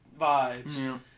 vibes